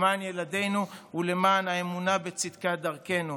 למען ילדינו ולמען האמונה בצדקת דרכנו